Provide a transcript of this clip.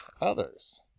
others